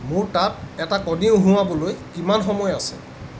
মোৰ তাত এটা কণী উহুৱাবলৈ কিমান সময় আছে